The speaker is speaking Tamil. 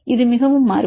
இது மிகவும் மாறுபடும்